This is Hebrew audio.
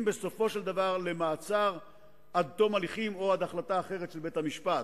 בסופו של דבר למעצר עד תום ההליכים או עד החלטה אחרת של בית-המשפט.